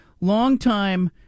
Longtime